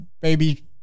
baby